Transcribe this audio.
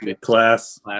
Class